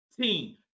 team